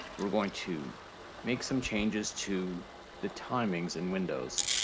we're going to make some changes to the timings in windows.